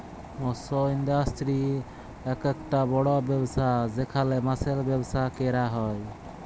মৎস ইন্ডাস্ট্রি আককটা বড় ব্যবসা যেখালে মাছের ব্যবসা ক্যরা হ্যয়